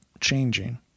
changing